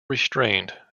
restrained